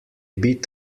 bit